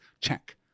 check